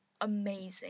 amazing